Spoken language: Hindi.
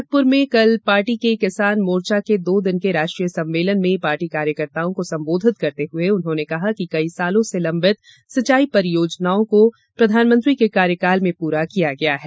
गोरखपूर में कल पार्टी के किसान मोर्चा के दो दिन के राष्ट्रीय सम्मेलन में पार्टी कार्यकर्ताओं को संबोधित करते हुए उन्होंने कहा कि कई वर्षों से लंबित सिंचाई परियोजनाएं को प्रधानमंत्री के कार्यकाल में पूरा किया गया है